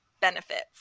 benefits